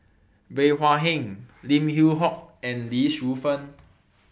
Bey Hua Heng Lim Yew Hock and Lee Shu Fen